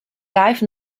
life